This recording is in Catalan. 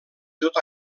tot